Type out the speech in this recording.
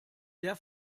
der